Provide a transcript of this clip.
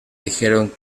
dijeron